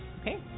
Okay